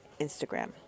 Instagram